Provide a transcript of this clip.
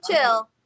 chill